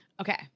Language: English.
okay